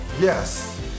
Yes